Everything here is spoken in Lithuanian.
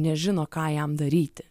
nežino ką jam daryti